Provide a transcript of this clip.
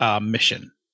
mission